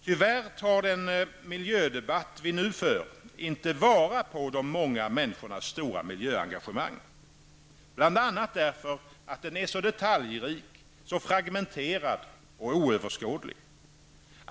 Tyvärr tar den miljödebatt vi nu för inte vara på de många människornas stora miljöengagemang. Bl.a. därför att den är så detaljrik, fragmenterad och oöverskådlig.